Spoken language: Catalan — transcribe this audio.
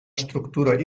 estructura